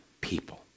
people